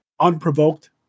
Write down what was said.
unprovoked